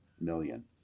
million